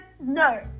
No